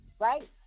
Right